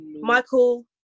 Michael